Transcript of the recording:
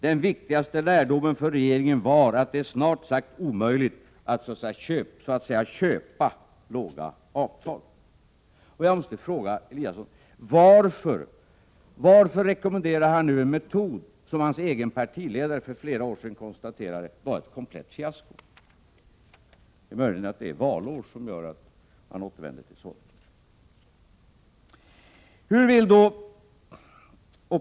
Den viktigaste lärdomen för regeringen var att det är snart sagt omöjligt att så att säga köpa låga avtal. Jag måste fråga Ingemar Eliasson varför han nu rekommenderar en metod som hans egen partiledare för flera år sedan konstaterade var ett komplett fiasko. Det är möjligt att det faktum att det är valår i år som gör att han återvänder till sådant.